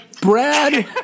Brad